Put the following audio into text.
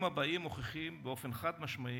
חטאנו,